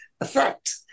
effect